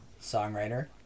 songwriter